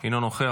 אינו נוכח,